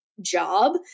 job